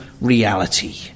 reality